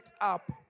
up